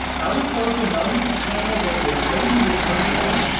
ali cogia mounted the camel that he had laden with merchandise,